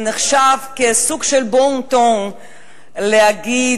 זה נחשב כסוג של בון-טון להגיד,